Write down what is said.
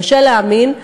קשה להאמין,